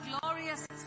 glorious